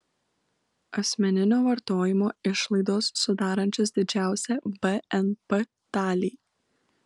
asmeninio vartojimo išlaidos sudarančios didžiausią bnp dalį